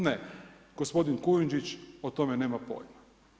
Ne, gospodin Kujundžić o tome nema pojma.